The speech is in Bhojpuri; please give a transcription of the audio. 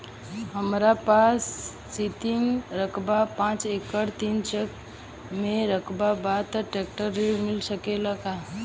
हमरा पास सिंचित रकबा पांच एकड़ तीन चक में रकबा बा त ट्रेक्टर ऋण मिल सकेला का?